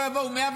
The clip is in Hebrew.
לא יבואו 100,